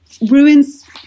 ruins